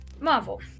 Marvel